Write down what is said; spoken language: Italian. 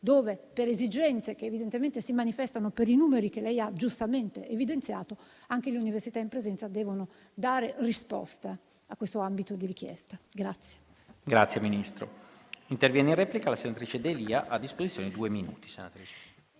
dove, per esigenze che evidentemente si manifestano per i numeri che lei ha giustamente evidenziato, anche le università in presenza devono dare risposta a questo ambito di richiesta. PRESIDENTE. Ha facoltà di intervenire in replica la senatrice D'Elia, per due minuti.